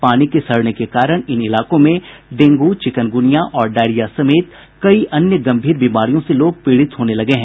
पानी के सड़ने के कारण इन इलाकों में डेंगू चिकनगुनिया और डायरिया समेत कई अन्य गम्भीर बीमारियों से लोग पीड़ित होने लगे हैं